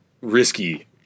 risky